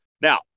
now